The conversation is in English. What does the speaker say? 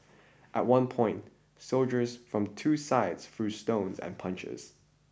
at one point soldiers from two sides threw stones and punches